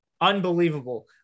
Unbelievable